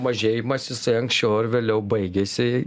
mažėjimas jisai anksčiau ar vėliau baigiasi